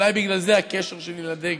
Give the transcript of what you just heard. אולי בגלל זה הקשר שלי לדגל.